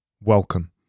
Welcome